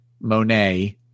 monet